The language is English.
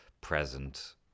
present